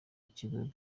bw’ibigo